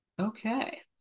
Okay